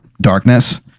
darkness